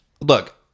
Look